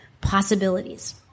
possibilities